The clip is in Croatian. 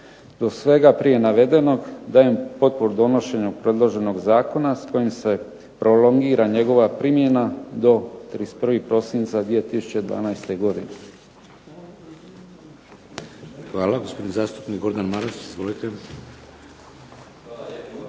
Do svega prije navedenog dajem potporu donošenju predloženog zakona s kojim se prolongira njegova primjena do 31. prosinca 2012. godine. **Šeks, Vladimir (HDZ)** Hvala. Gospodin zastupnik Maras, izvolite. **Maras, Gordan